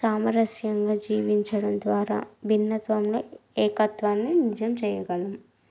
సామరస్యంగా జీవించడం ద్వారా భిన్నత్వంలో ఏకత్వాన్ని నిజం చేయగలము